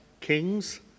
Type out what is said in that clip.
kings